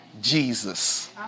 Jesus